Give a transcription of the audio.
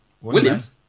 Williams